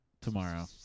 tomorrow